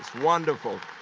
wonderful.